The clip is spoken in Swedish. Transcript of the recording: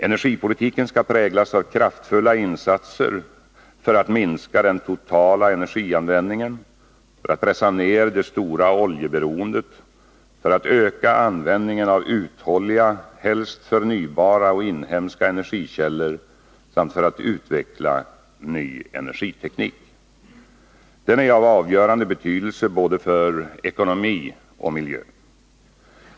Energipolitiken skall präglas av kraftfulla insatser för att minska den totala energianvändningen, pressa ner det stora oljeberoendet, öka användningen av uthålliga, helst förnybara och inhemska energikällor samt utveckla ny energiteknik. Den är av avgörande betydelse både för ekonomi och miljö.